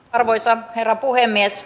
arvoisa herra puhemies